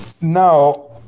Now